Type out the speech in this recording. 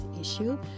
issue